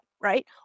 right